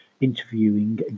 interviewing